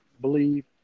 believe